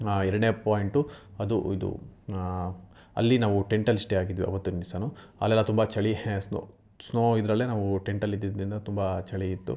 ಎರಡನೇ ಪಾಯಿಂಟು ಅದು ಇದು ಅಲ್ಲಿ ನಾವು ಟೆಂಟಲ್ಲಿ ಸ್ಟೇ ಆಗಿದ್ವಿ ಅವತ್ತಿನ ದಿವ್ಸಾನು ಅಲ್ಲೆಲ್ಲ ತುಂಬ ಚಳಿ ಸ್ನೋ ಸ್ನೋ ಇದರಲ್ಲೇ ನಾವು ಟೆಂಟಲ್ಲಿ ಇದ್ದಿದ್ದರಿಂದ ತುಂಬ ಚಳಿ ಇತ್ತು